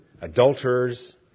adulterers